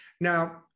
now